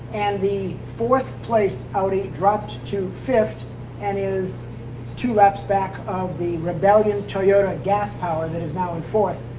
and the fourth-place audi dropped to fifth and is two laps back of the rebellion toyota gas-powered that is now in fourth.